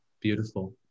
Beautiful